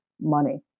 money